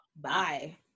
Bye